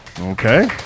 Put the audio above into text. Okay